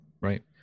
right